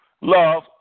love